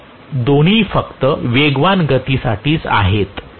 हे दोन्ही फक्त वेगवान गतीसाठीच आहेत